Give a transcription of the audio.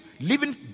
living